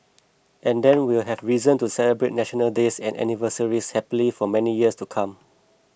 and then we'll have reason to celebrate National Days and anniversaries happily for many years to come